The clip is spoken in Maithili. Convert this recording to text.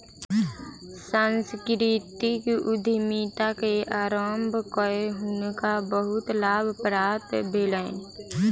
सांस्कृतिक उद्यमिता के आरम्भ कय हुनका बहुत लाभ प्राप्त भेलैन